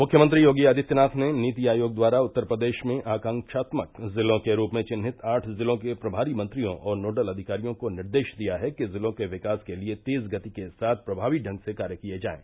मुख्यमंत्री योगी आदित्यनाथ ने नीति आयोग द्वारा उत्तर प्रदेश में आकांक्षात्मक जिलों के रूप में चिन्हित आठ जिलों के प्रभारी मंत्रियों और नोडल अधिकारियों को निर्देश दिया है कि जिलों के विकास के लिये तेज गति के साथ प्रभावी ढंग से कार्य किये जाएं